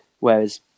whereas